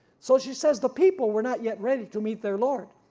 so she says the people were not yet ready to meet their lord.